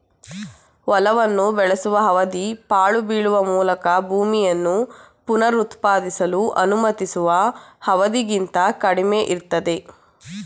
ಹೊಲವನ್ನು ಬೆಳೆಸುವ ಅವಧಿ ಪಾಳು ಬೀಳುವ ಮೂಲಕ ಭೂಮಿಯನ್ನು ಪುನರುತ್ಪಾದಿಸಲು ಅನುಮತಿಸುವ ಅವಧಿಗಿಂತ ಕಡಿಮೆಯಿರ್ತದೆ